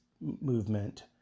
movement